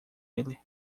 ele